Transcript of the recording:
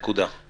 נקודה.